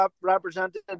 represented